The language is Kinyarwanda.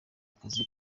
akazi